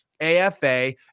AFA